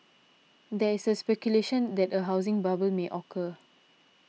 there is speculation that a housing bubble may occur